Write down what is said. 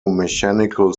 mechanical